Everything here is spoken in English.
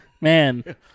Man